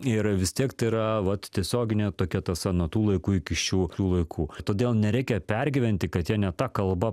ir vis tiek tai yra vat tiesioginė tokia tąsa nuo tų laikų iki šių laikų todėl nereikia pergyventi kad jie ne ta kalba